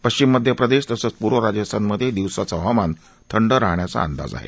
पश्चिम मध्य प्रदेश तसंच पूर्व राजस्थानमध्येही दिवसाचं हवामान थंड राहण्याचा अंदाज आहे